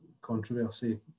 controversy